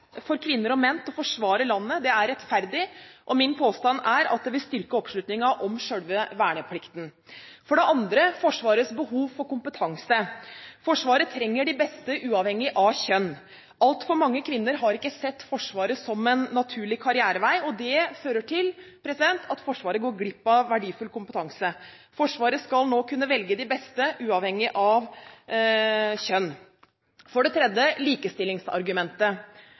for kvinner og menn til å forsvare landet er rettferdig, og min påstand er at det vil styrke oppslutningen om selve verneplikten. Det andre argumentet er Forsvarets behov for kompetanse. Forsvaret trenger de beste, uavhengig av kjønn. Altfor mange kvinner har ikke sett Forsvaret som en naturlig karrierevei. Det fører til at Forsvaret går glipp av verdifull kompetanse. Forsvaret skal nå kunne velge de beste, uavhengig av kjønn. Det tredje argumentet er likestillingsargumentet.